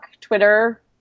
Twitter